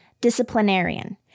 disciplinarian